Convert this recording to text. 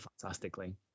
fantastically